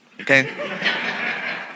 okay